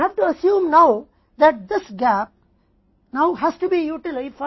इसलिए अब हमें यह मान लेना है कि यह अंतर अब चक्र के प्रभावी होने के लिए होना चाहिए